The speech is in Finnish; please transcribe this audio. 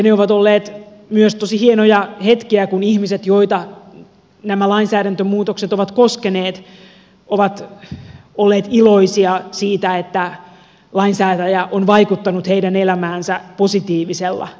ne ovat olleet myös tosi hienoja hetkiä kun ihmiset joita nämä lainsäädäntömuutokset ovat koskeneet ovat olleet iloisia siitä että lainsäätäjä on vaikuttanut heidän elämäänsä positiivisella tavalla